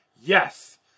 Yes